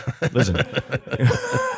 Listen